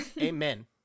Amen